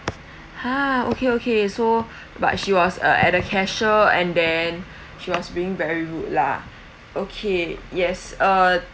ha okay okay so but she was uh at the cashier and then she was being very rude lah okay yes uh